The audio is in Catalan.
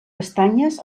pestanyes